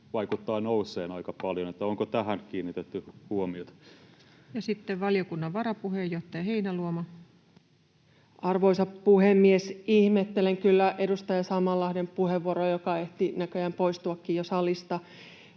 vaikuttaa nousseen aika paljon. Onko tähän kiinnitetty huomiota? Ja sitten valiokunnan varapuheenjohtaja Heinäluoma. Arvoisa puhemies! Ihmettelen kyllä edustaja Sammallahden puheenvuoroa — hän ehti näköjään jo poistuakin salista.